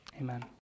Amen